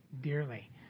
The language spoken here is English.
dearly